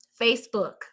Facebook